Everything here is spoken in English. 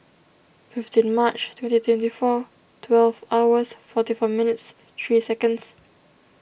fifteen March twenty twenty four twelve hours forty four minutes three seconds